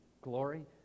glory